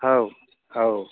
औ औ